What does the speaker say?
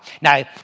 Now